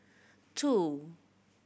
two